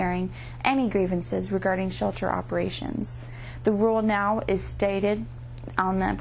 airing any grievances regarding shelter operations the rule now is stated on that